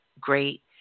great